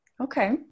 Okay